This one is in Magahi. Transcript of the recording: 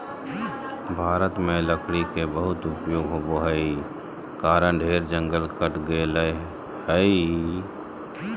भारत में लकड़ी के बहुत उपयोग होबो हई कारण ढेर जंगल कट गेलय हई